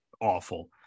Awful